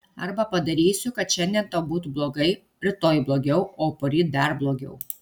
arba padarysiu kad šiandien tau būtų blogai rytoj blogiau o poryt dar blogiau